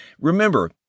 Remember